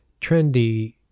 trendy